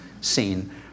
scene